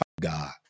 god